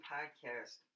Podcast